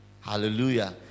hallelujah